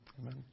Amen